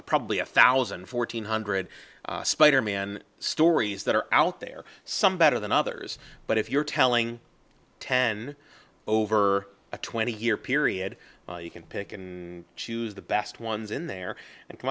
probably a thousand fourteen hundred spider man stories that are out there some better than others but if you're telling ten over a twenty year period you can pick and choose the best ones in there and come